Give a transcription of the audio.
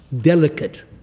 Delicate